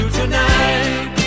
tonight